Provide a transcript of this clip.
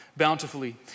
bountifully